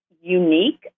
unique